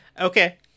Okay